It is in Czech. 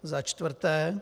Za čtvrté.